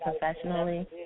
professionally